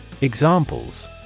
Examples